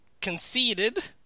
conceded